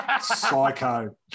psycho